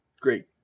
great